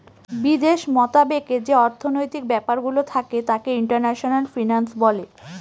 বিদেশ মতাবেকে যে অর্থনৈতিক ব্যাপারগুলো থাকে তাকে ইন্টারন্যাশনাল ফিন্যান্স বলে